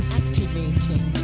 activating